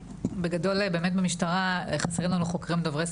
בגדול, באמת במשטרה חסרים לנו חוקרים דוברי שפות.